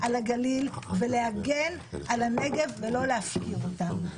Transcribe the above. על הגליל ולהגן על הנגב ולא להפקיר אותם.